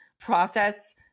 process